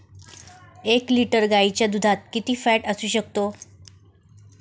एक लिटर गाईच्या दुधात किती फॅट असू शकते?